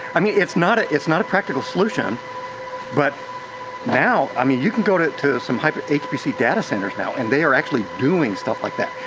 i mean, it's not it's not a practical solution but now, i mean, you can go to to some but hpc data centers now and they are actually doing stuff like that.